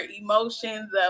emotions